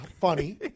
funny